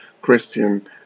Christian